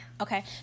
okay